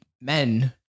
men